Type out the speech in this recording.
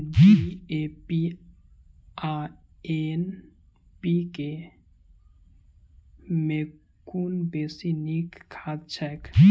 DAP आ NPK मे कुन बेसी नीक खाद छैक?